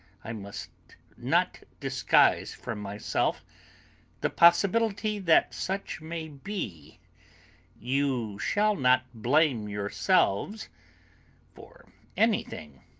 i must not disguise from myself the possibility that such may be you shall not blame yourselves for anything.